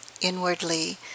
inwardly